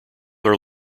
are